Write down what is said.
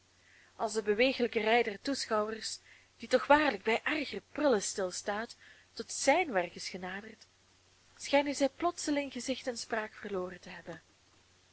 als de bewegelijke rij der toeschouwers die toch waarlijk bij erger prullen stilstaat tot zijn werk is genaderd schijnen zij plotseling gezicht en spraak verloren te hebben